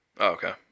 okay